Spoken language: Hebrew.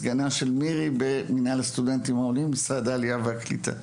סגנה של מירי במשרד העלייה והקליטה.